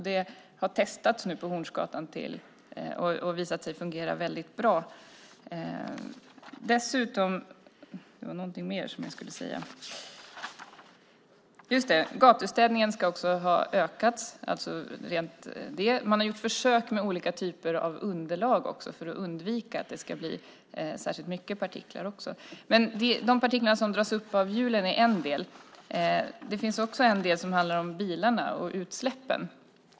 Det har nu testats på Hornsgatan och visat sig fungera väldigt bra. Gatustädningen ska också ha ökat. Man har också gjort försök med olika typer av underlag för att undvika att det ska bli särskilt mycket partiklar. De partiklar som dras upp av hjulen är en del. Det finns också en del som handlar om bilarna och utsläppen.